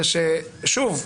שוב,